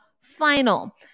final